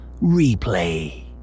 replay